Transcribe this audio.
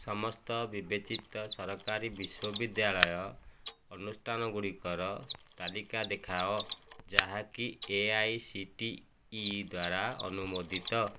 ସମସ୍ତ ବିବେଚିତ ସରକାରୀ ବିଶ୍ୱବିଦ୍ୟାଳୟ ଅନୁଷ୍ଠାନ ଗୁଡ଼ିକର ତାଲିକା ଦେଖାଅ ଯାହାକି A I C T E ଦ୍ଵାରା ଅନୁମୋଦିତ